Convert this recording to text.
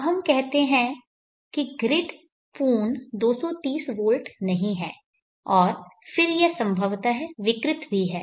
अब हम कहते हैं कि ग्रिड पूर्ण 230 वोल्ट नहीं है और फिर यह संभवतः विकृत भी है